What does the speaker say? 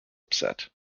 upset